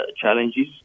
challenges